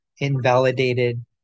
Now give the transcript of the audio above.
invalidated